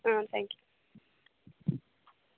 ಆಂ thank you